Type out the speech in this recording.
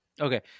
Okay